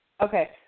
Okay